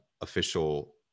official